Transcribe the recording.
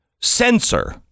censor